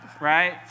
Right